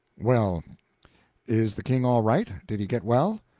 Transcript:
well is the king all right? did he get well?